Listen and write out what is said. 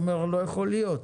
הוא אומר לא יכול להיות,